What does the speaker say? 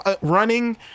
running